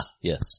yes